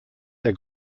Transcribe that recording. der